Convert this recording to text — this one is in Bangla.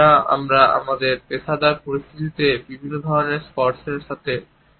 যা আমরা আমাদের পেশাদার পরিস্থিতিতে বিভিন্ন ধরণের স্পর্শের সাথে করি